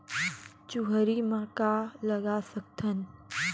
चुहरी म का लगा सकथन?